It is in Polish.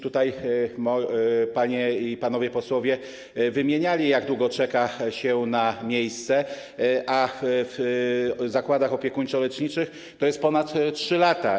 Tutaj panie i panowie posłowie mówili, jak długo czeka się na miejsce w zakładach opiekuńczo-leczniczych, tj. ponad 3 lata.